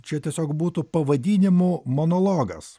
čia tiesiog būtų pavadinimų monologas